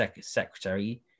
secretary